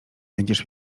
będziesz